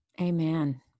Amen